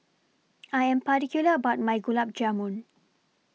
I Am particular about My Gulab Jamun